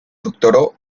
doctoró